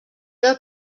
del